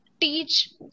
teach